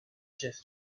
chess